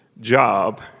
job